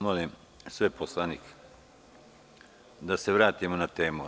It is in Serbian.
Molim sve poslanike da se vratimo na temu.